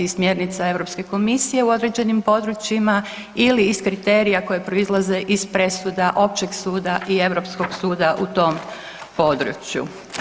smjernica Europske komisije u određenim područjima ili iz kriterija koji proizlaze iz presuda općeg suda i europskog suda u tom području.